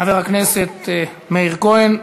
חבר הכנסת מאיר כהן,